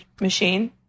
machine